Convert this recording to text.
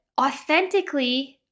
authentically